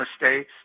mistakes